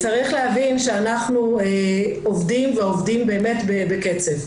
צריך להבין שאנחנו עובדים ועובדים באמת בקצב.